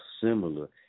similar